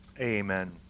amen